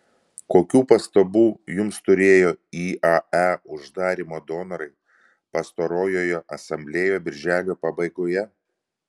kokių pastabų jums turėjo iae uždarymo donorai pastarojoje asamblėjoje birželio pabaigoje